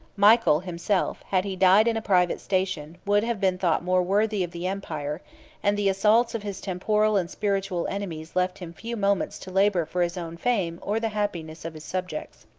michael himself, had he died in a private station, would have been thought more worthy of the empire and the assaults of his temporal and spiritual enemies left him few moments to labor for his own fame or the happiness of his subjects.